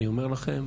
אני אומר לכן,